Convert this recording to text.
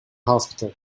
hospital